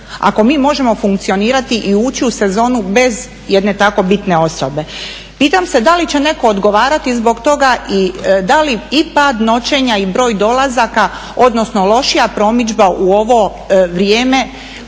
ako mi možemo funkcionirati i ući u sezonu bez jedne tako bitne osobe. Pitam se da li će netko odgovarati zbog toga i da li i pad noćenja i broj dolazaka, odnosno lošija promidžba u ovo vrijeme